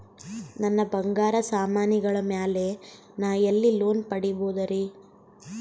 ನನ್ನ ಬಂಗಾರ ಸಾಮಾನಿಗಳ ಮ್ಯಾಲೆ ನಾ ಎಲ್ಲಿ ಲೋನ್ ಪಡಿಬೋದರಿ?